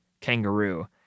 kangaroo